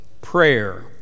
prayer